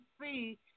see